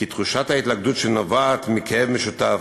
כי תחושת ההתלכדות שנובעת מכאב משותף,